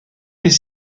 les